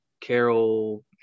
Carol